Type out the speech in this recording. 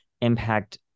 impact